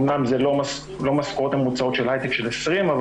אמנם זה לא משכורות ממוצעות של הייטק של 20,000